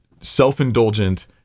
self-indulgent